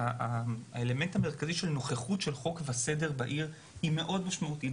הלמנו המרכזי של נוכחות חוק וסדר בעיר היא מאוד משמעותית.